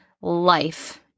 life